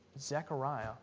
Zechariah